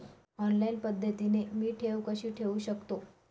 Online पद्धतीने मी ठेव कशी ठेवू शकतो?